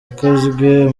ikozwe